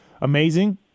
amazing